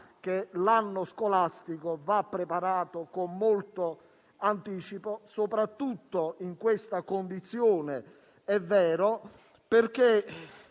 che l'anno scolastico va preparato con molto anticipo, soprattutto in questa condizione, ovviamente perché